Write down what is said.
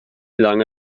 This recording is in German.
lange